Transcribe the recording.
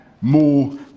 more